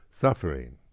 suffering